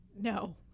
No